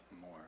more